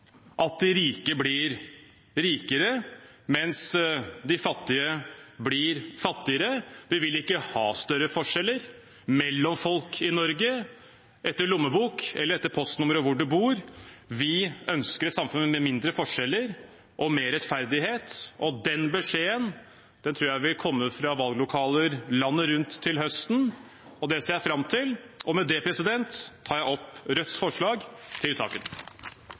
at de rike blir rikere, mens de fattige blir fattigere. Vi vil ikke ha større forskjeller mellom folk i Norge – ut fra lommeboken din eller postnummeret der du bor – vi ønsker et samfunn med mindre forskjeller og mer rettferdighet. Den beskjeden tror jeg vil komme fra valglokaler landet rundt til høsten. Det ser jeg fram til. Med det tar jeg opp Rødts forslag i saken.